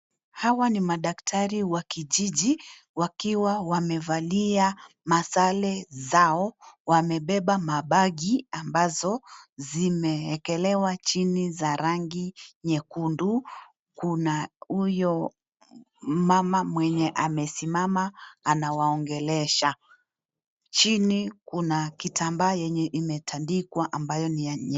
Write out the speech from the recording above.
Hawa ni madaktari wa kijiji ,wakiwa wamevalia masare zao, wamebeba mabagi ambazo zimeekelewa chini za rangi nyekundu. Kuna huyo mama mwenye amesimama anawaongelesha. Chini kuna kitambaa yenye imetandikwa ambayo ni ya..,